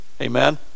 Amen